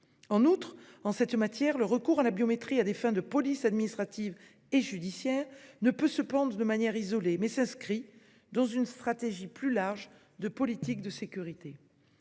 En outre, en cette matière, le recours à la biométrie à des fins de police administrative et judiciaire ne peut se prendre de manière isolée en ce qu'il s'inscrit dans une stratégie plus large de politique de sécurité.